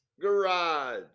Garage